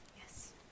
Yes